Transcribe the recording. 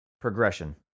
Progression